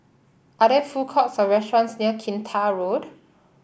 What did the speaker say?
are there food courts or restaurants near Kinta Road